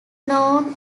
known